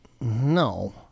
No